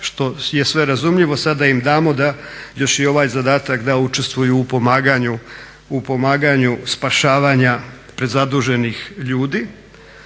što je sve razumljivo, sada im damo da još i ovaj zadatak da učestvuju u pomaganju spašavanja prezaduženih ljudi.